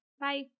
Bye